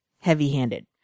heavy-handed